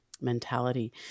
mentality